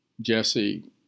Jesse